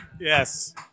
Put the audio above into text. Yes